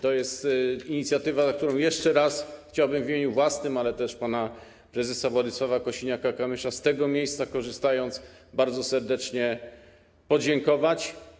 To jest inicjatywa, za którą jeszcze raz chciałbym w imieniu własnym, ale też pana prezesa Władysława Kosiniaka-Kamysza, z tego miejsca korzystając, bardzo serdecznie podziękować,